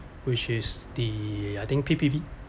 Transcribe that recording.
which is the I think P_P_V